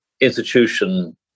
institution